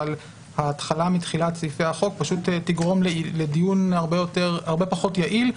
אבל ההתחלה מתחילת סעיפי החוק תגרום לדיון הרבה פחות יעיל,